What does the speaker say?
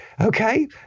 Okay